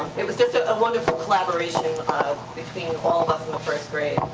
it was just a wonderful collaboration between all of us in the first grade.